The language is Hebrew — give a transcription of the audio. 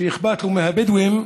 שאכפת לו מהבדואים,